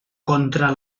contra